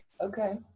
okay